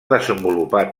desenvolupar